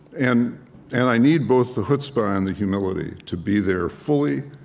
and and i need both the chutzpah and the humility to be there fully,